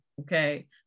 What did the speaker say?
okay